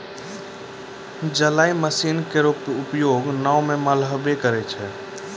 जलीय मसीन केरो उपयोग नाव म मल्हबे करै छै?